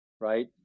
Right